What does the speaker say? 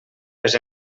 les